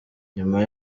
nyuma